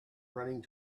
running